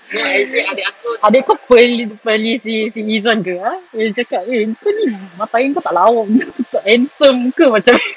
adik kau pil~ pilih si izuan ke ah dia cakap eh kau ni bapak kau tak lawa tak handsome ke macam